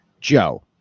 Joe